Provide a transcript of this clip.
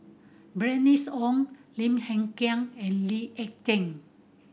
Bernice Ong Lim Hng Kiang and Lee Ek Tieng